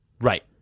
Right